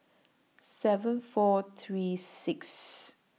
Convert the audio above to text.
seven four three Sixth